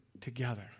together